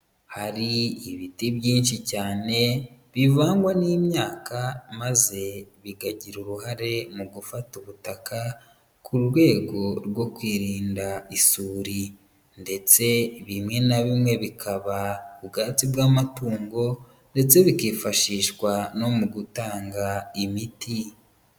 Hari ibiti byinshi cyane, bivangwa n'imyaka maze bikagira uruhare mu gufata ubutaka, ku rwego rwo kwirinda isuri, ndetse bimwe na bimwe bikaba ubwatsi bw'amatungo, ndetse bikifashishwa no mu gutanga imiti.